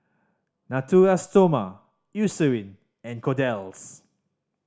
Natura Stoma Eucerin and Kordel's